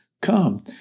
come